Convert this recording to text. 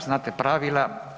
Znate pravila.